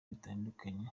bitandukanye